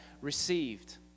received